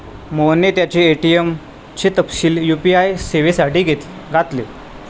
मोहनने त्याचे ए.टी.एम चे तपशील यू.पी.आय सेवेसाठी घातले